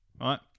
right